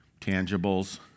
tangibles